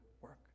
work